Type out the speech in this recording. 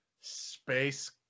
space